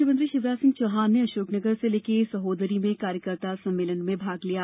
मुख्यमंत्री शिवराज सिंह चौहान ने अशोकनगर जिले के सहोदरी में कार्यकर्ता सम्मेलन में भाग लिया